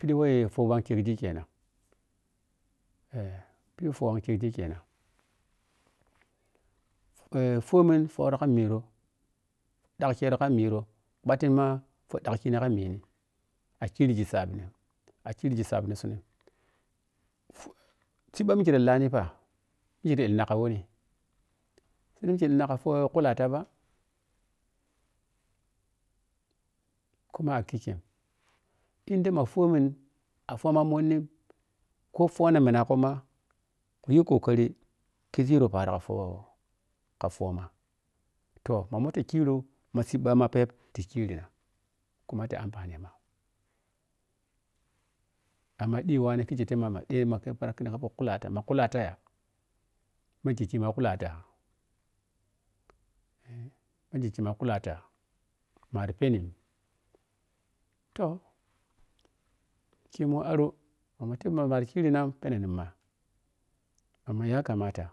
saai fohwang kergi kennan fomin fohro ka miro ɗa kere ka miro ɓhatin ma fohkeni ka mini a kirighi saap akinighi saap ni sun fu siibba mike ta lanifa mike fa illina ka wuni saidai mike ta lanifa mike illina ka fohkullate ɓa kuma a kikye indai ma fomin a foma monni koh fonaminaghoma ku yi kokari khighi yiro pharo ka pho ka phoma tooh ma mota khiro ma sibbma pheb ti khrina kuma ti ampanne ma amma ɗi wane khille ni minnana ma ɗema yca yip hara ka pho kullata ma kulata maguggkima kulata eh ma gigg kima kullata mari pheni toh kimun aro ma mu tepma makiro pheni ni ma amma yakamata.